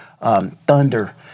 Thunder